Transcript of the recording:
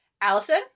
Allison